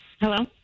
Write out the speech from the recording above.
Hello